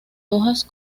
hojas